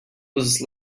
was